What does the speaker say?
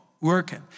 working